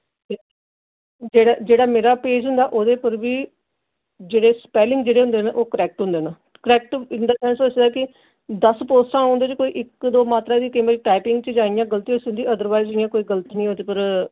जेह्ड़ा जेह्ड़ा मेरा पेज होंदा ओह्दे पर बी जेह्ड़े स्पैलिंग जेह्ड़े होंदे न ओह् करैक्ट होंदे न करैक्ट इन दा सैंस होई सकदा ऐ कि दस पोस्टां होन ओह्दे च इक दो मात्रा दी कोई टाइपिंग दी जां इ'यां गल्ती होई सकदी अदरवाइज इ'यां कोई गल्ती निं ओह्दे पर